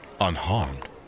Unharmed